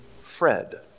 Fred